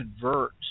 convert